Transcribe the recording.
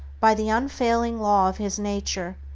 by the unfailing law of his nature,